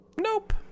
Nope